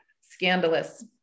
scandalous